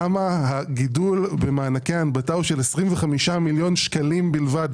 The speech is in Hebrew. למה הגידול במענקי הנבטה הוא של 25 מיליון שקלים בלבד?